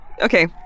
Okay